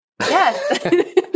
Yes